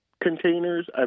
containers